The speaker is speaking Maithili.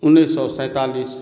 उन्नैस सए सैंतालिस